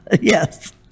Yes